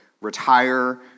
retire